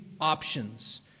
options